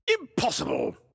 Impossible